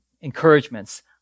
encouragements